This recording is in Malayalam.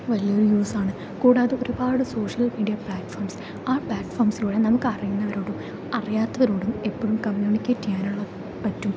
വലിയൊരു യൂസ് ആണ് കൂടാതെ ഒരുപാട് സോഷ്യൽ മീഡിയ പ്ലാറ്റ്ഫോംസ് ആ പ്ലാറ്റ്ഫോംസിലൂടെ നമുക്ക് അറിയുന്നവരോടും അറിയാത്തവരോടും എപ്പോഴും കമ്മ്യൂണിക്കേറ്റ് ചെയ്യാനുള്ള പറ്റും